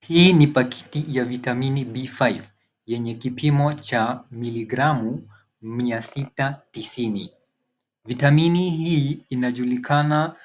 Hii ni pakiti ya vitamini B5 yenye kipimpo cha miligramu mia sita tisini. Vitamini hii inajulikana